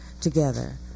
together